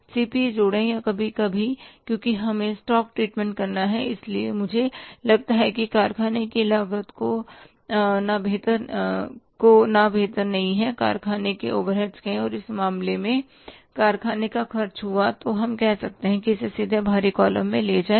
सीधे जोड़ें या कहें कभी कभी क्योंकि हमें स्टॉक ट्रीटमेंट करना है इसलिए मुझे लगता है कि कारखाने की लागत को ना बेहतर नहीं है कारखाने के ओवरहेड्स कहें और इस मामले में कारखाने का खर्च हुआ हाँ हम कर सकते हैं इसे सीधे बाहरी कॉलम पर ले जाएं